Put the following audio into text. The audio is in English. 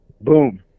Boom